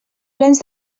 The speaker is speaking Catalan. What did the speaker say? plens